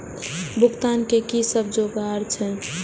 भुगतान के कि सब जुगार छे?